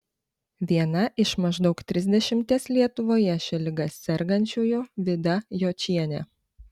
viena iš maždaug trisdešimties lietuvoje šia liga sergančiųjų vida jočienė